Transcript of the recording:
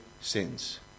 sins